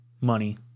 money